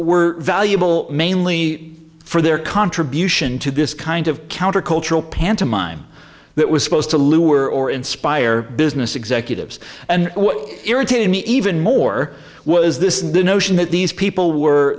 were valuable mainly for their contribution to this kind of countercultural pantomime that was supposed to lure or inspire business executives and what irritated me even more was this notion that these people were